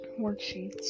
worksheets